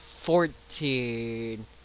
fourteen